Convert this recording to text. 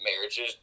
marriages